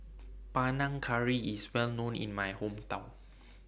Panang Curry IS Well known in My Hometown